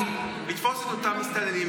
שזה לתפוס את אותם מסתננים,